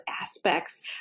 aspects